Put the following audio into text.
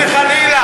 לא, חס וחלילה.